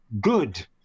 good